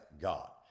God